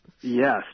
Yes